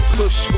push